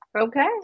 Okay